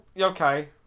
Okay